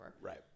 Right